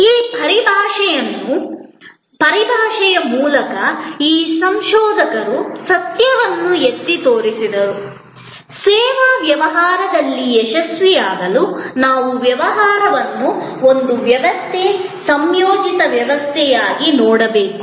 ಈ ಪರಿಭಾಷೆಯ ಮೂಲಕ ಈ ಸಂಶೋಧಕರು ಸತ್ಯವನ್ನು ಎತ್ತಿ ತೋರಿಸಿದರು ಸೇವಾ ವ್ಯವಹಾರದಲ್ಲಿ ಯಶಸ್ವಿಯಾಗಲು ನಾವು ವ್ಯವಹಾರವನ್ನು ಒಂದು ವ್ಯವಸ್ಥೆ ಸಂಯೋಜಿತ ವ್ಯವಸ್ಥೆಯಾಗಿ ನೋಡಬೇಕು